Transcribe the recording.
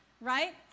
Right